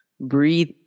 Breathe